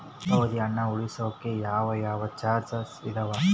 ಅಲ್ಪಾವಧಿ ಹಣ ಉಳಿಸೋಕೆ ಯಾವ ಯಾವ ಚಾಯ್ಸ್ ಇದಾವ?